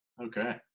okay